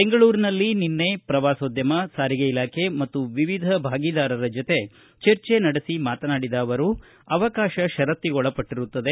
ಬೆಂಗಳೂರಿನಲ್ಲಿ ನಿನ್ನೆ ಪ್ರವಾಸೋದ್ಯಮ ಸಾರಿಗೆ ಇಲಾಖೆ ಮತ್ತು ವಿವಿಧ ಭಾಗೀದಾರರ ಜೊತೆ ಚರ್ಚೆ ನಡೆಸಿ ಮಾತನಾಡಿದ ಅವರು ಅವಕಾಶ ಶರತ್ತಿಗೊಳಪಟ್ಟಿರುತ್ತದೆ